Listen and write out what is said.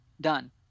Done